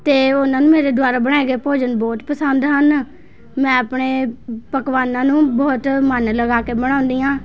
ਅਤੇ ਉਨ੍ਹਾਂ ਨੂੰ ਮੇਰੇ ਦੁਆਰਾ ਬਣਾਏ ਗਏ ਭੋਜਨ ਬਹੁਤ ਪਸੰਦ ਹਨ ਮੈਂ ਆਪਣੇ ਪਕਵਾਨਾਂ ਨੂੂੰ ਬਹਤ ਮਨ ਲਗਾ ਕੇ ਬਣਾਉਂਦੀ ਹਾਂ